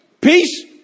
peace